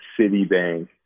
Citibank